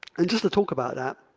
and just to talk about that,